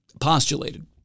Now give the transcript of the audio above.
postulated